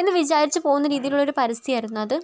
എന്ന് വിചാരിച്ച് പോകുന്ന രീതിയിലുള്ള ഒരു പരസ്യമായിരുന്നു അത്